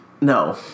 No